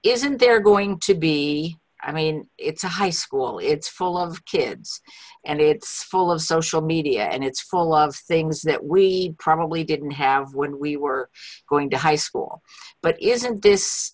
isn't there going to be i mean it's a high school it's full of kids and it's full of social media and it's full of things that we probably didn't have when we were going to high school but isn't this